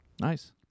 Nice